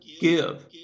give